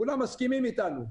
כולם מסכימים איתנו,